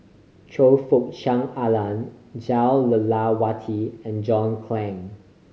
Choe Fook Cheong Alan Jah Lelawati and John Clang